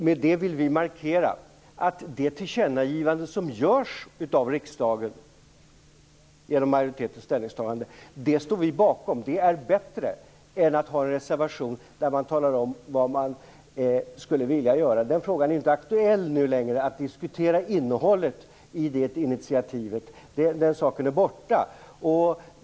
Med det vill vi markera att vi står bakom det tillkännagivande som görs av riksdagen genom majoritetens ställningstagande. Det är bättre än en reservation där man talar om vad man skulle vilja göra. Det är inte längre aktuellt att diskutera innehållet i det initiativet. Den saken är borta.